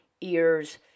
ears